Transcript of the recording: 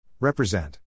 Represent